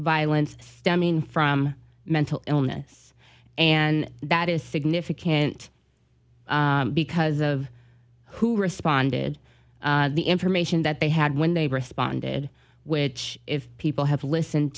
violence stemming from mental illness and that is significant because of who responded the information that they had when they responded which if people have listen